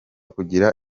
kugira